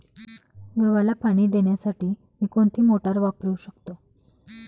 गव्हाला पाणी देण्यासाठी मी कोणती मोटार वापरू शकतो?